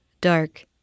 dark